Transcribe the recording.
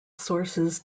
sources